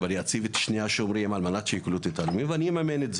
אני אציב עוד שומר ואממן את זה